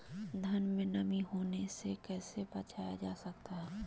धान में नमी होने से कैसे बचाया जा सकता है?